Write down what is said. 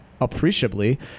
appreciably